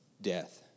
death